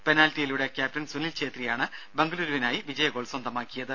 പെനാൽറ്റിയിലൂടെ captain Sunil ചേത്രിയാണ് ബംഗലൂരുവിനായി വിജയഗോൾ സ്വന്തമാക്കിയത്